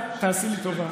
תעשי לי טובה,